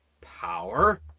power